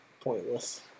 pointless